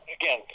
again